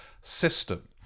system